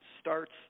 starts